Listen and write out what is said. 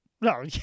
No